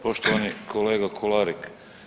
Poštovani kolega Kolarek.